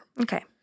Okay